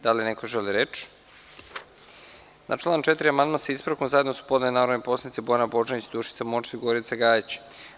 Da li neko želi reč? (Ne.) Na član 4. amandman sa ispravkom zajedno su podnele narodni poslanici Bojana Božanić, Dušica Morčev iGorica Gajić.